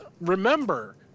Remember